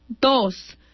Dos